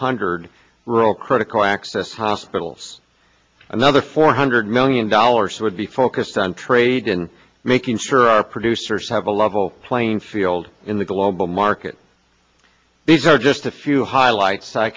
hundred rural critical access hospitals another four hundred million dollars would be focused on trade in making sure our producers have a level playing field in the global market these are just a few high i lights i